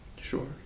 sure